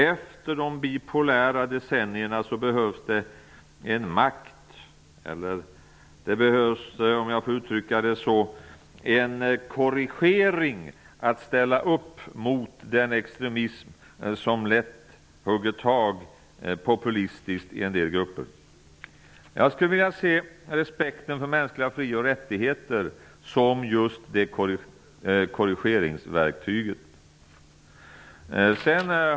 Efter de bipolära decennierna behövs en makt eller korrigering i riktning mot att ställa upp mot den extremism som populistiskt lätt hugger tag i en del grupper. Jag skulle vilja se respekten för mänskliga fri och rättigheter som just det korrigeringsverktyget.